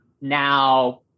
now